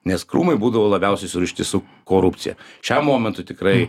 nes krūmai būdavo labiausiai surišti su korupcija šiam momentui tikrai